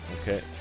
Okay